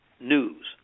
News